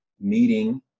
meeting